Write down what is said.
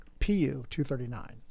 Pu-239